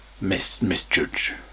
misjudge